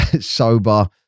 sober